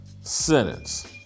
sentence